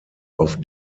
auf